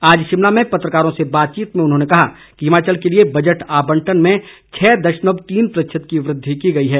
आज शिमला में पत्रकारों से बातचीत में उन्होंने कहा कि हिमाचल के लिए बजट आबंटन में छः दशमलव तीन प्रतिशत की वृद्धि की गई है